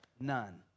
none